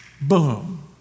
Boom